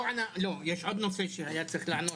יש עוד נושא שהיה צריך לענות.